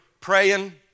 praying